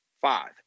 Five